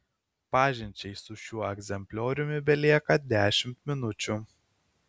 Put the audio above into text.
pažinčiai su šiuo egzemplioriumi belieka dešimt minučių